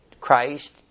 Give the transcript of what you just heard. Christ